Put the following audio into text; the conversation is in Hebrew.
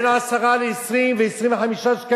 בין 10 שקלים ל-25 שקלים.